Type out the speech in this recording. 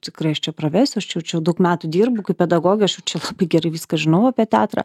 tikrai aš čia pravesiu aš čia jau čia daug metų dirbu kaip pedagogė aš čia gerai viską žinau apie teatrą